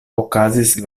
okazis